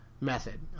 method